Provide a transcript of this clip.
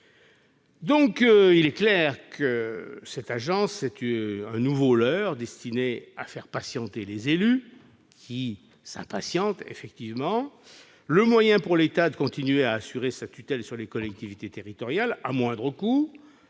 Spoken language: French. Il est clair que cette agence est un nouveau leurre destiné à faire patienter les élus, qui s'impatientent effectivement. C'est un moyen pour l'État de continuer à exercer sa tutelle sur les collectivités territoriales à moindre coût,